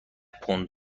پوند